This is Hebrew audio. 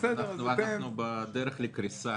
אנחנו בדרך לקריסה.